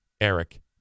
Eric